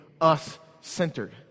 us-centered